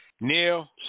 Neil